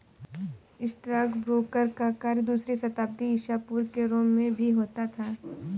stockbroker का कार्य दूसरी शताब्दी ईसा पूर्व के रोम में भी होता था